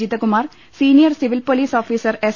Jithakumar senior civil police officer S